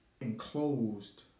enclosed